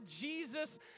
Jesus